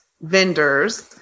vendors